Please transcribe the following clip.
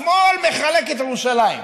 השמאל מחלק את ירושלים.